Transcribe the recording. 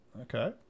Okay